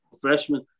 freshman